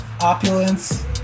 Opulence